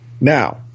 Now